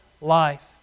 life